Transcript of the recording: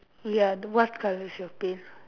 ya the what colour is your pail